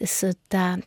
su ta